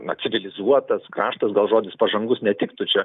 na civilizuotas kraštas gal žodis pažangus netiktų čia